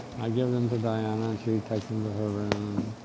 i'd give them to diana, and she'd take them to her room,